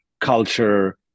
culture